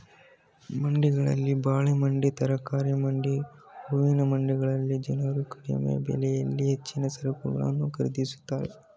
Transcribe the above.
ಮಂಡಿಗಳಲ್ಲಿ ಬಾಳೆ ಮಂಡಿ, ತರಕಾರಿ ಮಂಡಿ, ಹೂವಿನ ಮಂಡಿಗಳಲ್ಲಿ ಜನರು ಕಡಿಮೆ ಬೆಲೆಯಲ್ಲಿ ಹೆಚ್ಚಿನ ಸರಕುಗಳನ್ನು ಖರೀದಿಸುತ್ತಾರೆ